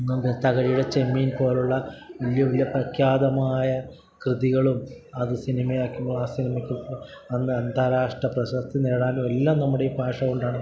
തകഴിയുടെ ചെമ്മീൻ പോലെയുള്ള വലിയ വലിയ പ്രഖ്യാതമായ കൃതികളും അത് സിനിമയാക്കിയപ്പോൾ ആ സിനിമയ്ക്കന്ന് അന്താരാഷ്ട്ര പ്രശസ്തി നേടാനും എല്ലാം നമ്മുടെ ഈ ഭാഷ കൊണ്ടാണ്